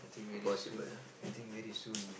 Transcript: I think very soon I think very soon